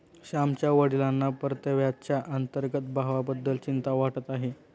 श्यामच्या वडिलांना परताव्याच्या अंतर्गत भावाबद्दल चिंता वाटत आहे